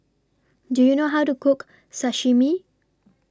Do YOU know How to Cook Sashimi